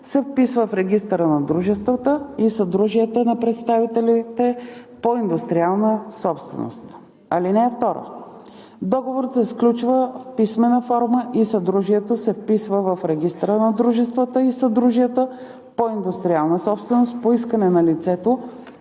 се вписва в Регистъра на дружествата и съдружията на представителите по индустриална собственост. (2) Договорът се сключва в писмена форма и съдружието се вписва в Регистъра на дружествата и съдружията по индустриална собственост по искане на лицето,